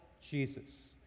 Jesus